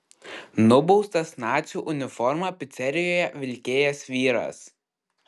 nubaustas nacių uniformą picerijoje vilkėjęs vyras